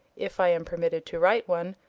if i am permitted to write one,